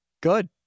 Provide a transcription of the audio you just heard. Good